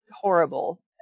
horrible